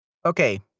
Okay